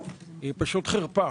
היא פשוט חרפה.